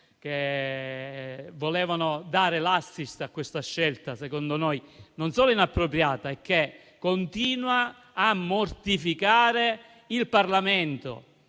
volte a dare un *assist* a questa scelta, che secondo noi non solo è inappropriata, ma continua a mortificare il Parlamento.